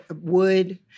wood